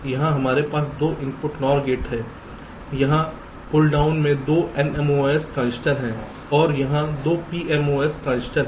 यहाँ हमारे पास 2 इनपुट NOR गेट है यहाँ पुल डाउन में 2 NMOS ट्रांजिस्टर हैं और यहाँ 2 PMOS ट्रांजिस्टर हैं